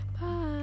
bye